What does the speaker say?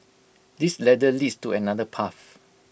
this ladder leads to another path